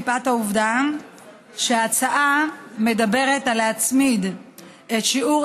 מפאת העובדה שההצעה מדברת על הצמדת שיעור